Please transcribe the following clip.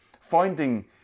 finding